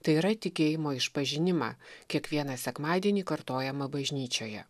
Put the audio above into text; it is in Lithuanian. tai yra tikėjimo išpažinimą kiekvieną sekmadienį kartojamą bažnyčioje